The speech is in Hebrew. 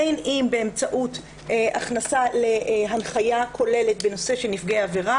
בין אם באמצעות הכנסה להנחיה כוללת בנושא של נפגעי עבירה.